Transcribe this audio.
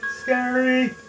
Scary